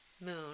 moon